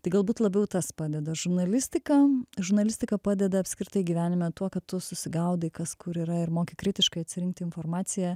tai galbūt labiau tas padeda žurnalistika žurnalistika padeda apskritai gyvenime tuo kad tu susigaudai kas kur yra ir moki kritiškai atsirinkti informaciją